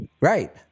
Right